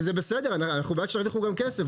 וזה בסדר; אנחנו בעד שתרוויחו גם כסף,